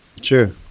Sure